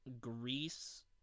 Greece